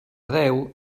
deu